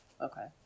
Okay